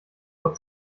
vor